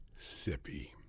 Sippy